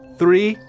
three